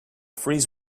freeze